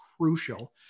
crucial